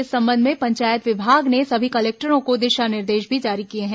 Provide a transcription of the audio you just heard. इस संबंध में पंचायत विभाग ने सभी कलेक्टरों को दिशा निर्देश भी जारी किया है